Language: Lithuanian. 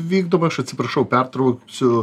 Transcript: vykdom aš atsiprašau pertrauksiu